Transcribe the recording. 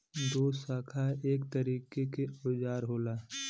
दोशाखा एक तरीके के औजार होला